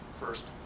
First